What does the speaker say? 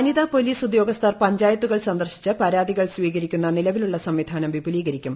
വനിതാ പോലീസ് ഉദ്യോഗസ്ഥർ പഞ്ചായത്തുകൾ സന്ദർശിച്ച് പരാതികൾ സ്വീകരിക്കുന്ന നിലവിലുള്ള സംവിധാനം വിപുലീകരിക്കും